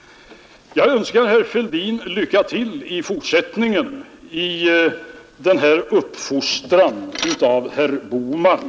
Jag önskar herr Fälldin lycka till i fortsättningen i den här uppfostran av herr Bohman.